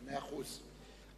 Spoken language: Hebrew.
מאה אחוז.